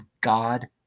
God